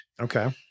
Okay